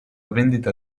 vendita